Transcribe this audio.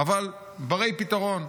אבל הם בני פתרון: